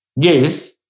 Yes